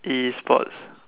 E sports